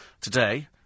today